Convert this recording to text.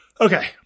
Okay